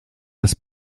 das